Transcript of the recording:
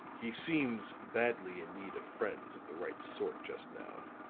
he seems badly in need of friends of the right sort just now